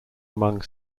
among